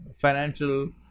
financial